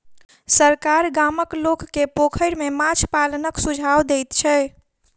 सरकार गामक लोक के पोखैर में माछ पालनक सुझाव दैत छै